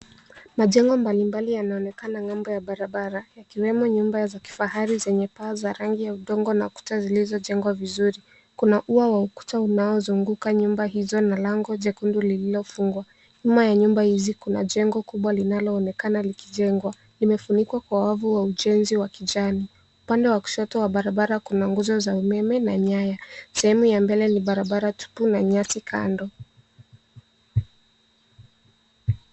Majengo mbalimbali yanaonekana nga'mbo ya barabara, yakiwemo nyumba za kifahari zenye paa za rangi ya udongo na kuta zilizojengwa vizuri. Kuna ua wa ukuta inaozunguka nyumba hizo na lango jekundu lililofungwa. Nyuma ya nyumba hizi, kuna jengo kubwa linaloonekana likijengwa. Limefunikwa kwa wavu wa ujenzi wa kijani. Upande wa kushoto wa barabara kuna nguzo za umeme na nyaya. Sehemu ya mbele ni barabara tupu na nyasi kando.